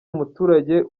umuturage